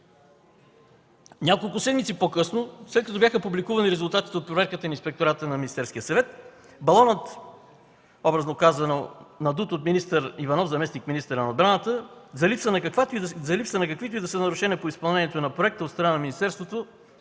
Няколко седмици по-късно, след като бяха публикувани резултатите от проверката на Инспектората на Министерския съвет, балонът, образно казано, надут от заместник-министъра на отбраната Иванов, за липса на каквито и да са нарушения по изпълнението на проекта от страна на Министерството